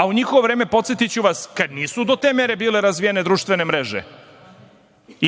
A, u njihovo vreme, podsetiću vas, kada nisu do te mere bile razvijene društvene mreže,